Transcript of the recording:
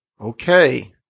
Okay